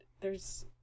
there's-